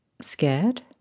scared